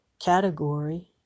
Category